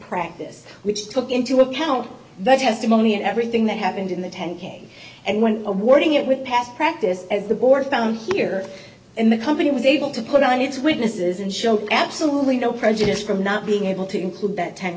practice which took into account that testimony and everything that happened in the ten k and when awarding it with past practice as the board found here and the company was able to put on its witnesses and show absolutely no prejudice from not being able to include that ten